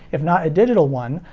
if not a digital one,